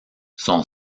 son